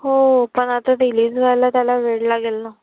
हो पण आता रिलीज व्हायला त्याला वेळ लागेल ना